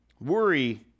Worry